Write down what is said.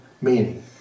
meaning